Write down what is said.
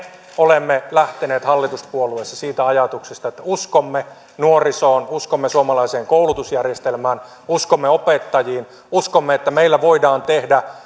olemme lähteneet hallituspuolueissa siitä ajatuksesta että uskomme nuorisoon uskomme suomalaiseen koulutusjärjestelmään uskomme opettajiin uskomme että meillä voidaan tehdä